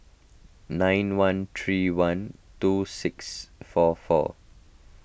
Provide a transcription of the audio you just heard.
nine one three one two six four four